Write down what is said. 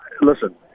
listen